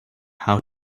how